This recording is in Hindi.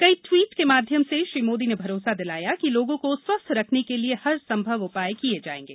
कई द्वीट के माध्यम से श्री मोदी ने भरोसा दिलाया कि लोगों को स्वस्थ रखने के लिए हरसंभव उपाय किये जायेंगे